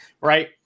right